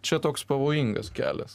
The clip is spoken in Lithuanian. čia toks pavojingas kelias